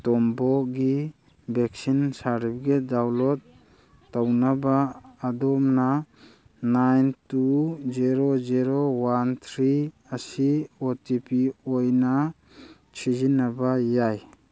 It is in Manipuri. ꯇꯣꯝꯕꯣꯒꯤ ꯚꯦꯛꯁꯤꯟ ꯁꯥꯔꯗꯤꯕꯤꯀꯦꯠ ꯗꯥꯎꯟꯂꯣꯗ ꯇꯧꯅꯕ ꯑꯗꯣꯝꯅ nine two zero zero one three ꯑꯁꯤ ꯑꯣ ꯇꯤ ꯄꯤ ꯑꯣꯏꯅ ꯁꯤꯖꯤꯟꯅꯕ ꯌꯥꯏ